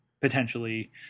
potentially